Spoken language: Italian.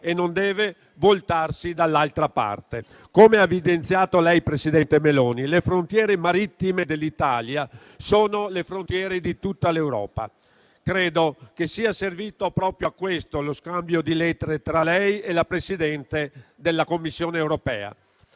e non deve voltarsi dall'altra parte. Come ha evidenziato lei, presidente Meloni, le frontiere marittime dell'Italia sono le frontiere di tutta l'Europa. Credo che sia servito proprio a questo lo scambio di lettere tra lei e la presidente della Commissione europea.